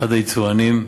במיוחד היצואנים.